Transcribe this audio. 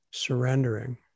Surrendering